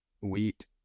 wheat